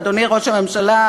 ואדוני ראש הממשלה,